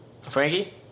Frankie